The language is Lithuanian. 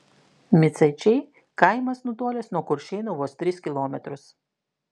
micaičiai kaimas nutolęs nuo kuršėnų vos tris kilometrus